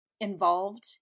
involved